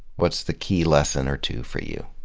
what's the key lesson or two for you?